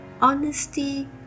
honesty